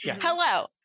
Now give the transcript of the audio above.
Hello